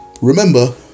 Remember